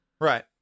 Right